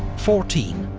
fourteen.